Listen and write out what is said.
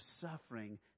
suffering